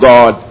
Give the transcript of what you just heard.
God